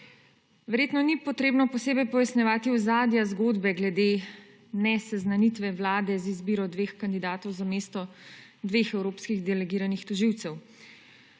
Verjetno ni potrebno posebej pojasnjevati ozadja zgodbe glede neseznanitve Vlade z izbiro dveh kandidatov za mesto dveh evropskih delegiranih tožilcev.